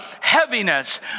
heaviness